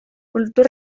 kultur